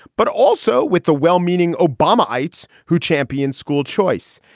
but also with the well-meaning obama ites who champion school choice.